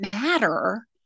matter